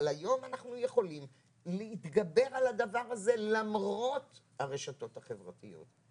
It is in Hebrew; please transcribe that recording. היום אנחנו יכולים להתגבר על הדבר הזה למרות הרשתות החברתיות,